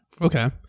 Okay